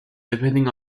depending